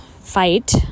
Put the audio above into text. fight